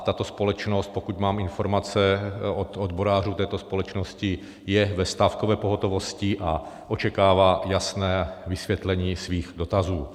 Tato společnost, pokud mám informace od odborářů této společnosti, je ve stávkové pohotovosti a očekává jasné vysvětlení svých dotazů.